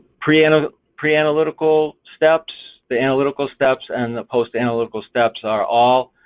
pre and ah pre analytical steps, the analytical steps and the post analytical steps are all.